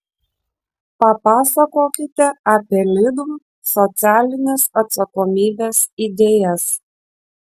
papasakokite apie lidl socialinės atsakomybės idėjas